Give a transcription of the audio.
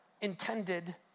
intended